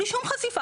בלי שום חשיפה,